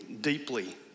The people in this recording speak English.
deeply